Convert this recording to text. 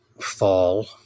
fall